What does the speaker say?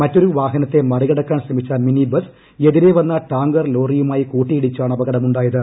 മറ്റൊരു വാഹനത്തെ മറികടക്കാൻ ശ്രമിച്ച മിനിബസ് എതിരെ വന്ന ടാങ്കർ ലോറിയുമായി കൂട്ടിയിടിച്ചാണ് അപകടമുണ്ടായത്